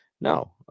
no